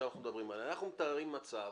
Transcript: מתארים מצב